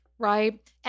right